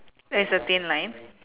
it's a thin line